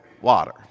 water